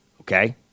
Okay